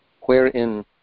wherein